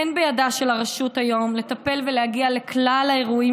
אין בידי הרשות היום לטפל ולהגיע לכלל האירועים